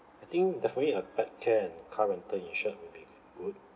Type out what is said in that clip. I think definitely need a pet care and car rental insured will be good